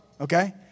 okay